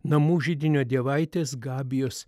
namų židinio dievaitės gabijos